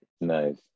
Nice